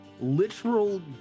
literal